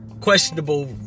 questionable